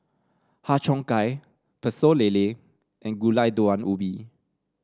Har Cheong Gai Pecel Lele and Gulai Daun Ubi